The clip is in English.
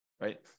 right